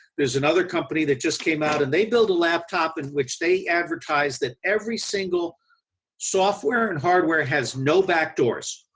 there's another company that just came out and they build a laptop in which they advertise that every single software and hardware has no back doors.